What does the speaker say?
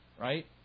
right